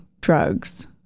drugs